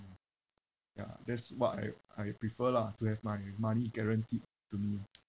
ya that's what I I prefer lah to have my money guaranteed to me